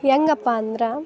ಹೆಂಗಪ್ಪ ಅಂದ್ರೆ